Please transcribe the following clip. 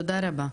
תודה רבה.